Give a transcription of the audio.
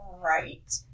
Right